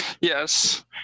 Yes